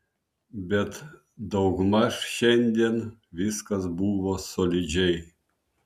bet daugmaž šiandien viskas buvo solidžiai